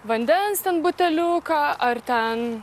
vandens buteliuką ar ten